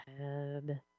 head